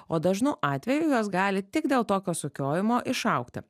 o dažnu atveju jos gali tik dėl tokio sukiojimo išaugti